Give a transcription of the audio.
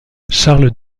charles